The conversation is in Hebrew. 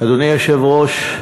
היושב-ראש,